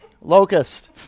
Locust